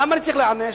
למה אני צריך להיענש?